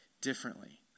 differently